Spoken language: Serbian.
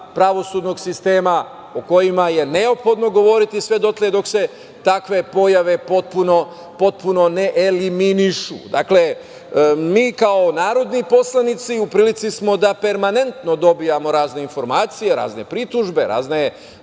pravosudnog sistema o kojima je neophodno govoriti sve dotle dok se takve pojave potpuno ne eliminišu. Dakle, mi kao narodni poslanici u prilici smo da permanentno dobijamo razne informacije, razne pritužbe, razne